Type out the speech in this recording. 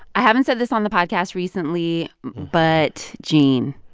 i haven't said this on the podcast recently but, gene,